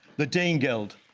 the dane geld.